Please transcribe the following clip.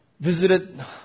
visited